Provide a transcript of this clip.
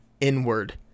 inward